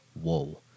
Whoa